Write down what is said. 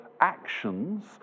actions